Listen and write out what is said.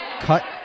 cut